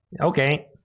Okay